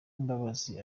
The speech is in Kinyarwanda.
uwimbabazi